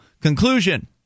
conclusion